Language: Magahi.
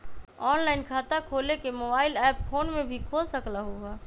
ऑनलाइन खाता खोले के मोबाइल ऐप फोन में भी खोल सकलहु ह?